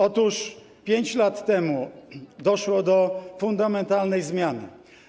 Otóż 5 lat temu doszło do fundamentalnej zmiany.